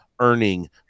earning